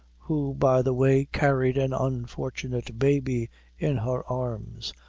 who by the way carried an unfortunate baby in her arms,